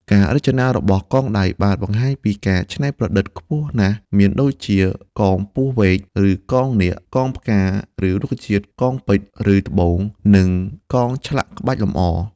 ការរចនារបស់កងដៃបានបង្ហាញពីការច្នៃប្រឌិតខ្ពស់ណាស់មានដូចជា កងពស់វែក ឬកងនាគ កងផ្កា ឬរុក្ខជាតិ កងពេជ្រ ឬត្បូង និងកងឆ្លាក់ក្បាច់លម្អ។